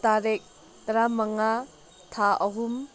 ꯇꯥꯔꯤꯛ ꯇꯔꯥ ꯃꯉꯥ ꯊꯥ ꯑꯍꯨꯝ